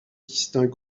distingue